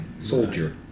soldier